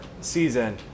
season